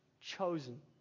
Chosen